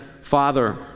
Father